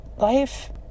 Life